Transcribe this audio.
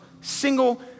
single